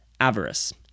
avarice